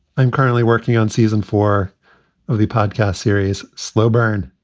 i'm currently working on season four of the podcast series slow burn.